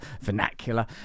vernacular